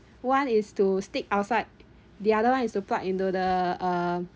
one is to stick outside the other one is to plug into the uh